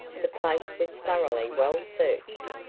the place was thoroughly well searched.